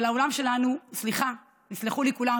אבל העולם שלנו, סליחה, יסלחו לי כולם